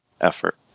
effort